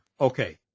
Okay